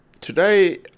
Today